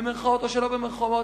במירכאות או שלא במירכאות,